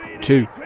two